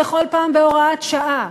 ובכל פעם בהוראת שעה,